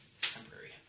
Temporary